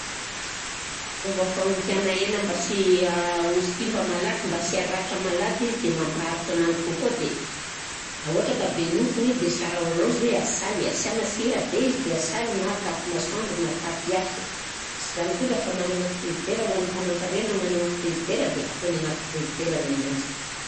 Fomba fagnompiana hena mba sy a- ho simba malaky, mba sy haratra malaky izy de mampaharitra ananjy kokoa de: raha ôhatra ka be nofony izy de sara ho ananjy hoe asaly asiana sira be izy de asaly na atapy masoandro na atapy afo, sy zany koa zah fa managna frizidera ho an'ny mpanankarena managna frizidera de ataony agnaty frizidera nenanjy.